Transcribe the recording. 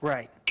Right